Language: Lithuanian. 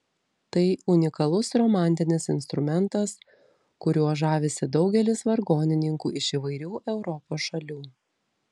tai unikalus romantinis instrumentas kuriuo žavisi daugelis vargonininkų iš įvairių europos šalių